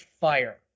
fire